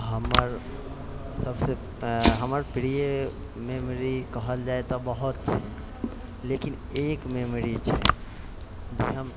हमर सबसँ हमर प्रिय मेमोरी कहल जाइ तऽ बहुत छै लेकिन एक मेमोरी छै जे हम